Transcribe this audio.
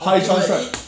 high chance right